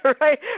right